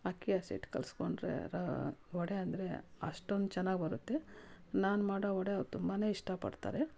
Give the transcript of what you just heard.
ಅಕ್ಕಿ ಹಸಿಟ್ಟು ಕಲಸ್ಕೊಂಡ್ರೆ ರ್ ವಡೆ ಅಂದರೆ ಅಷ್ಟೊಂದು ಚೆನ್ನಾಗಿ ಬರುತ್ತೆ ನಾನು ಮಾಡೊ ವಡೆ ಅವ್ರು ತುಂಬಾ ಇಷ್ಟಪಡ್ತಾರೆ